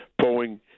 Boeing